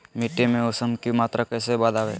मिट्टी में ऊमस की मात्रा कैसे बदाबे?